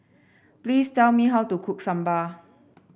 please tell me how to cook sambal